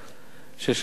יש לנו משפטיזציה,